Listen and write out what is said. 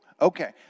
okay